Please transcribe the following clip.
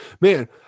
Man